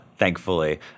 Thankfully